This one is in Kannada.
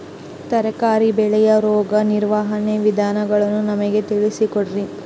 ತರಕಾರಿ ಬೆಳೆಯ ರೋಗ ನಿರ್ವಹಣೆಯ ವಿಧಾನಗಳನ್ನು ನಮಗೆ ತಿಳಿಸಿ ಕೊಡ್ರಿ?